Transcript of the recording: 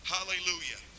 Hallelujah